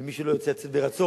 ומי שלא ירצה לצאת ברצון,